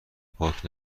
پاک